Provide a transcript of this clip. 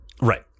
Right